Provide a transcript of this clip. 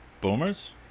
boomers